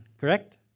correct